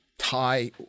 Tie